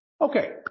Okay